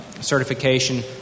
certification